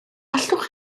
allwch